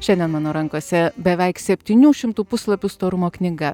šiandien mano rankose beveik septynių šimtų puslapių storumo knyga